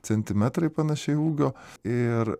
centimetrai panašiai ūgio ir